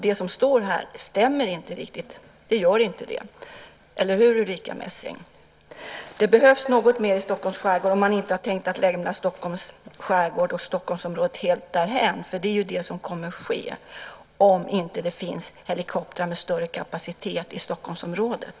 Det som står i svaret stämmer faktiskt inte riktigt - eller hur, Ulrica Messing? Det behövs något mer i Stockholms skärgård, om man inte har tänkt lämna Stockholms skärgård och Stockholmsområdet helt därhän. Det är ju det som kommer att ske om det inte finns helikoptrar med större kapacitet i Stockholmsområdet.